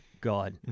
God